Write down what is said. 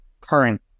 current